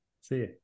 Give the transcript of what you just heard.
See